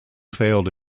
failed